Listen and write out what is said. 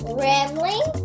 rambling